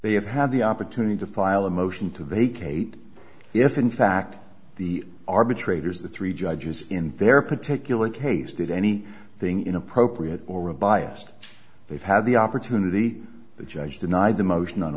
have had the opportunity to file a motion to vacate if in fact the arbitrators the three judges in their particular case did any thing inappropriate or a biased they've had the opportunity the judge denied the motion on